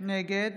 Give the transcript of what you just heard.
נגד